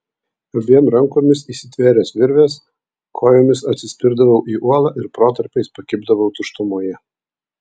abiem rankomis įsitvėręs virvės kojomis atsispirdavau į uolą ir protarpiais pakibdavau tuštumoje